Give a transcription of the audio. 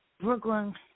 Brooklyn